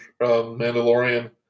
Mandalorian